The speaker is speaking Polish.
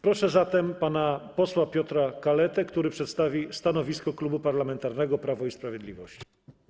Proszę pan posła Piotra Kaletę, który przedstawi stanowisko Klubu Parlamentarnego Prawo i Sprawiedliwość.